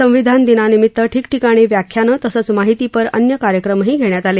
संविधान दिनानिमित ठिकठिकाणी व्याख्यानं तसंच माहितीपर अन्य कार्यक्रमही घेण्यात आले